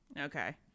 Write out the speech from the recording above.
Okay